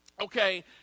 okay